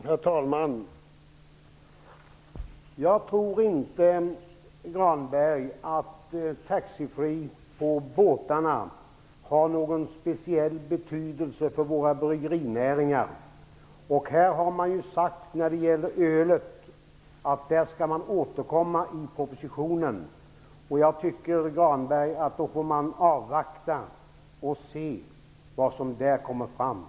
Herr talman! Jag tror inte att taxfree-handeln på båtarna har någon speciell betydelse för våra bryggerinäringar. Det har också sagts att man skall återkomma med förslag i frågan om ölet. Jag anser att man därför bör avvakta och se vad som kommer att föreslås.